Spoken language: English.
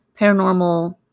paranormal